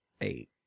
eight